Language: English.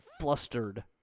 flustered